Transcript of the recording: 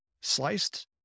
sliced